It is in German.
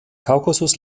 kaukasus